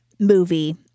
movie